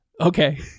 Okay